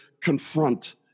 confront